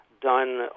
done